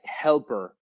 helper